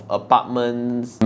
apartments